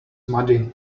muddy